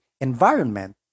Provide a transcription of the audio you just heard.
environment